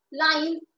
lines